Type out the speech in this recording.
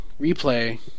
replay